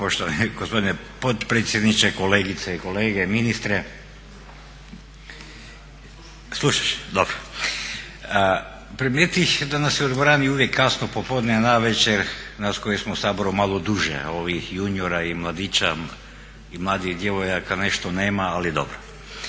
Poštovani gospodine potpredsjedniče, kolegice i kolege, ministre. Primijetih da nas je u dvorani uvijek kasno popodne, navečer, nas koji smo u Saboru malo duže, a ovih juniora i mladića i mladih djevojaka nešto nema ali dobro.